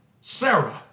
Sarah